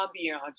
ambiance